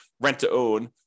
rent-to-own